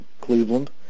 Cleveland